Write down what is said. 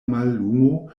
mallumo